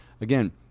Again